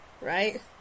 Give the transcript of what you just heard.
right